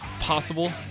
possible